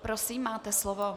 Prosím, máte slovo.